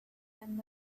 man